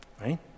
Right